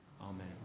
Amen